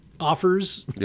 offers